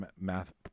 math